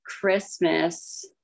Christmas